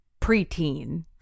preteen